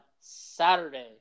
Saturday